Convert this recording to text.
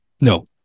No